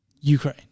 Ukraine